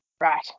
right